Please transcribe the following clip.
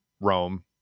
Rome